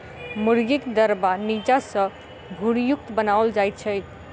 मुर्गीक दरबा नीचा सॅ भूरयुक्त बनाओल जाइत छै